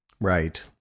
Right